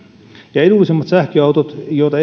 ja edullisemmat sähköautot joita